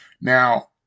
Now